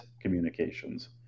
communications